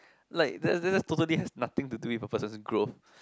like that that that's totally nothing to do with a person's growth